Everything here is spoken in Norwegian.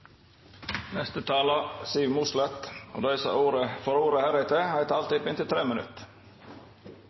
Dei talarane som heretter får ordet, har ei taletid på inntil 3 minutt.